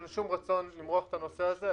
אין לנו שום רצון למרוח את הנושא הזה,